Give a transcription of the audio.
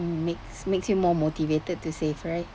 makes makes you more motivated to save right